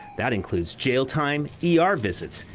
that includes jail time, e r. visits,